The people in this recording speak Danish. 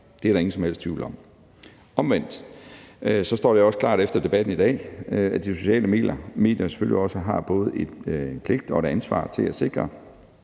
det er der ingen som helst tvivl om. Omvendt står det på den anden side også klart efter debatten i dag, at de sociale medier selvfølgelig også har både en pligt til og et ansvar for at sikre,